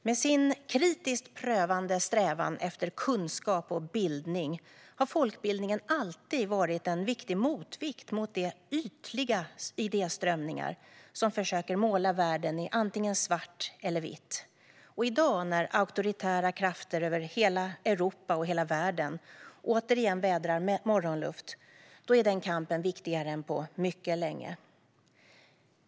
Med sin kritiskt prövande strävan efter kunskap och bildning har folkbildningen alltid varit en viktig motvikt mot de ytliga idéströmningar som försöker måla världen i antingen svart eller vitt. Och i dag, när auktoritära krafter över hela Europa och hela världen återigen vädrar morgonluft, är den kampen viktigare än på mycket länge.